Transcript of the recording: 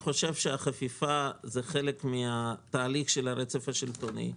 החפיפה היא חלק מתהליך הרצף השלטוני.